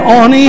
on